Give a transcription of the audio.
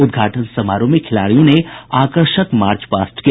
उद्घाटन समारोह में खिलाड़ियों ने आकर्षक मार्च पास्ट किया